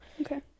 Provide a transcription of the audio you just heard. okay